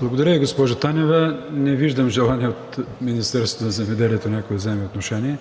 Благодаря Ви, госпожо Танева. Не виждам желание от Министерството на земеделието някой да вземе отношение.